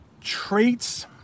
Traits